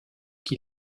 qui